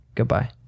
Goodbye